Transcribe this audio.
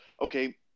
okay